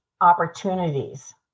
opportunities